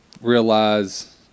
realize